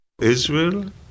Israel